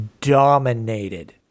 dominated